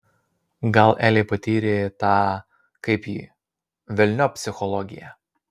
gal elė patyrė tą kaip jį velniop psichologiją